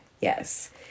Yes